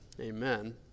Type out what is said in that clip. Amen